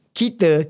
kita